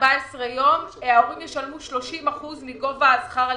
ההורים ישלמו 30 אחוזים מגובה שכר הלימוד.